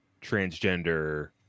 transgender